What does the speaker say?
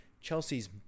Chelsea's